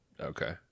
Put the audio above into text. okay